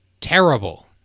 terrible